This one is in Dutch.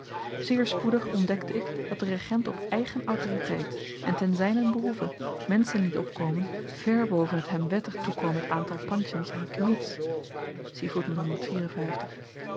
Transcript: zeer spoedig ontdekte ik dat de regent op eigen autoriteit en ten zynen behoeve menschen liet opkomen vèr boven het hem wettig toekomend aantal pantjens en